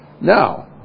Now